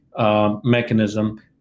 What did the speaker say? mechanism